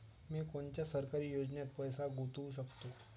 मी कोनच्या सरकारी योजनेत पैसा गुतवू शकतो?